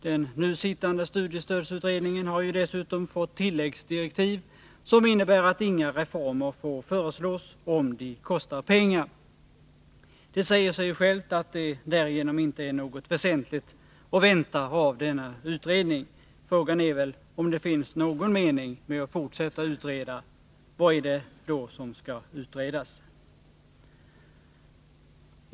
Den nu sittande studiestödsutredningen har ju nu dessutom fått tilläggsdirektiv som innebär att inga reformer får föreslås, om de kostar pengar. Det säger sig ju självt att det därigenom inte är något väsentligt att vänta av denna utredning. Frågan är väl om det finns någon mening med att fortsätta utreda — vad är det som då skall utredas?